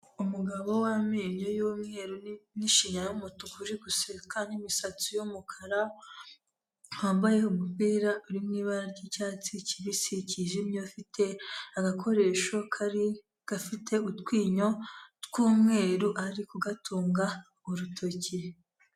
Umugabo w'amenyo y'umweru n'ishinya y'umutuku uri guseka n'imisatsi y'umukara, wambaye umupira uri mu ibara ry'icyatsi kibisi cyijimye afite agakoresho kari gafite utwinyo tw'umweru ari kugatunga urutoki.